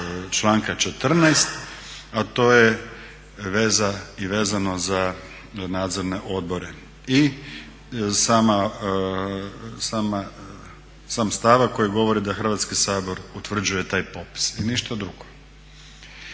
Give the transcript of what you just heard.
članka 14.a to je veza i vezano za nadzorne odbore i sam stavak koji govori da Hrvatski sabor utvrđuje taj popis i ništa drugo.